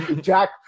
Jack